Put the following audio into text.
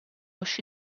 uscì